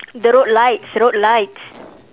the road lights road lights